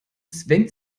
zwängt